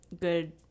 good